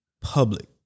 public